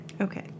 Okay